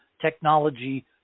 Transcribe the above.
technology